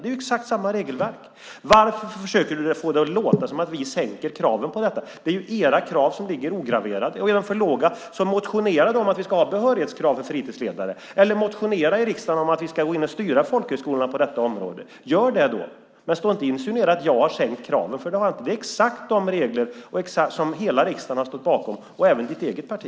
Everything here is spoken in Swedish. Det är exakt samma regelverk. Varför försöker du få det att låta som om vi sänker kraven på detta? Det är era krav som ligger ograverade. Är de för låga, så motionera då om att vi ska ha behörighetskrav för fritidsledare! Eller motionera i riksdagen om att vi ska styra folkhögskolorna på detta område! Gör det! Men insinuera inte att jag har sänkt kraven, för det har jag inte. Det är exakt de regler som hela riksdagen har stått bakom, och även ditt eget parti.